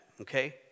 Okay